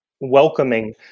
welcoming